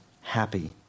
happy